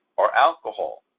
or alcohol,